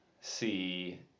see